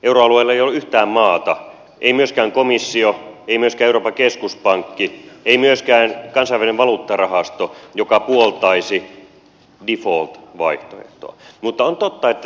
euroalueella ei ole yhtään maata ei myöskään komissio ei myöskään euroopan keskuspankki ei myöskään kansainvälinen valuuttarahasto joka puoltaisi default vaihtoehtoa mutta on totta että tästä keskustellaan